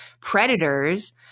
predators